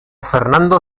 fernando